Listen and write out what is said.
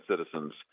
citizens